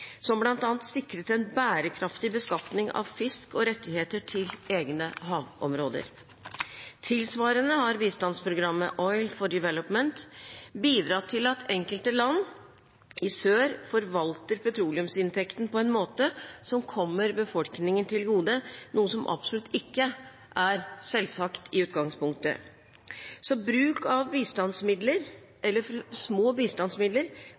som bl.a. sikret en bærekraftig beskatning av fisk og rettigheter til egne havområder. Tilsvarende har bistandsprogrammet Oil for Development bidratt til at enkelte land i sør forvalter petroleumsinntekten på en måte som kommer befolkningen til gode, noe som absolutt ikke er selvsagt i utgangspunktet. Bruk av små bistandsmidler